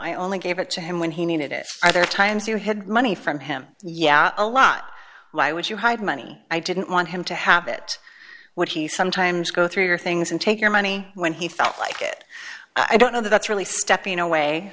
i only gave it to him when he needed it are there times you had money from him yeah a lot would you hide money i didn't want him to have it would he sometimes go through your things and take your money when he felt like it i don't know that that's really stepping away